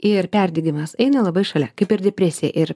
ir perdegimas eina labai šalia kaip ir depresija ir